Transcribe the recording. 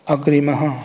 अग्रिमः